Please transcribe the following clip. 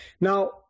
Now